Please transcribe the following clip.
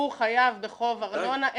הוא חייב בחוב ארנונה.